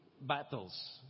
battles